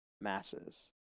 masses